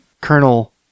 Colonel